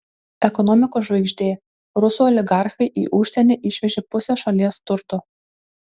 ekonomikos žvaigždė rusų oligarchai į užsienį išvežė pusę šalies turto